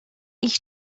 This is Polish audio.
ich